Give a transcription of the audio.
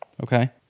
Okay